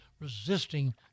resisting